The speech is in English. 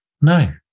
No